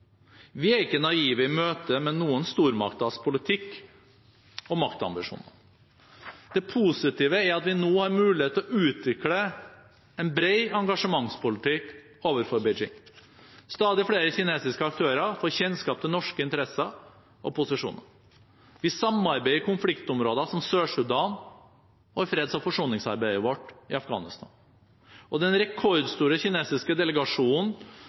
Vi er ikke naive i møte med noen stormakters politikk og maktambisjoner. Det positive er at vi nå har muligheter til å utvikle en bred engasjementspolitikk overfor Beijing. Stadig flere kinesiske aktører får kjennskap til norske interesser og posisjoner. Vi samarbeider i konfliktområder som Sør-Sudan og i freds- og forsoningsarbeidet vårt i Afghanistan. Den rekordstore kinesiske delegasjonen